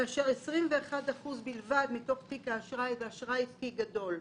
כאשר 21% בלבד מתוך תיק האשראי הוא אשראי עסקי גדול.